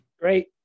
Great